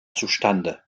zustande